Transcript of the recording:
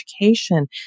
education